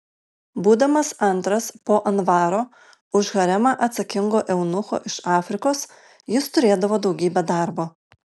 būdamas antras po anvaro už haremą atsakingo eunucho iš afrikos jis turėdavo daugybę darbo